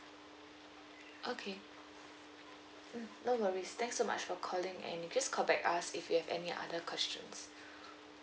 okay mm no worries thanks so much for calling and you just call back us if you have any other questions